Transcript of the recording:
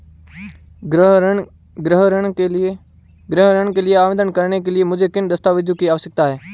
गृह ऋण के लिए आवेदन करने के लिए मुझे किन दस्तावेज़ों की आवश्यकता है?